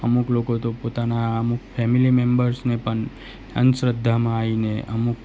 અમુક લોકો તો પોતાના અમુક ફેમેલી મેનમ્બર્સને પણ અંધશ્રદ્ધામાં આવીને અમુક